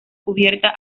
cubierta